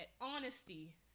honesty